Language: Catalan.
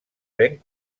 ven